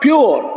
Pure